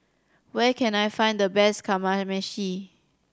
where can I find the best Kamameshi